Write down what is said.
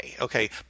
okay